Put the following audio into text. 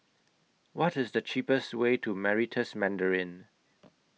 What IS The cheapest Way to Meritus Mandarin